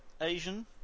Asian